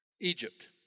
Egypt